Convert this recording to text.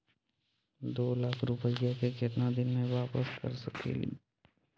दो लाख रुपया के केतना दिन में वापस कर सकेली?